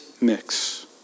mix